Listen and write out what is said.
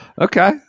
Okay